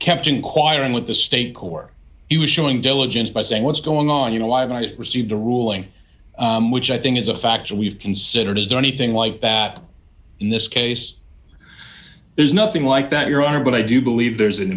kept inquiring with the state court he was showing diligence by saying what's going on you know i have received a ruling which i think is a fact that we've considered is there anything like that in this case there's nothing like that your honor but i do believe there's an